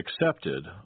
accepted